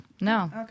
No